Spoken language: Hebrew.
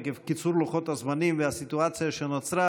עקב קיצור לוחות הזמנים והסיטואציה שנוצרה,